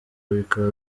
bikaba